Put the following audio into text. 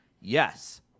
yes